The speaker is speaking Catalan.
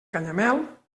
canyamel